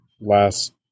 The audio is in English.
last